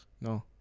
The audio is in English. No